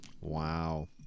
Wow